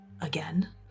again